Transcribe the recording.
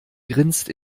grinst